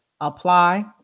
apply